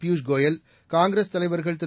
பியூஷ் கோயல் காங்கிரஸ் தலைவர்கள் திரு